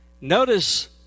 Notice